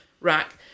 rack